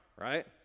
right